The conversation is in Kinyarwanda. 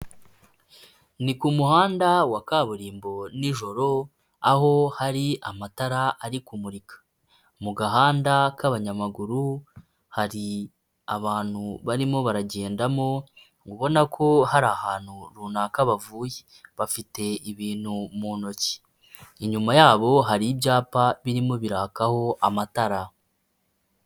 Ni kumuhanda wa kaburimbo nijoro, aho hari amatara ari kumurika mu gahanda k'abanyamaguru, hari abantu barimo baragendamo. Ubona ko hari ahantu runaka bavuye. Bafite ibintu mu ntoki, inyuma yabo hari ibyapa birimo birakaho amatara.